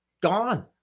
gone